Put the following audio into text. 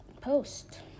post